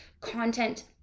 content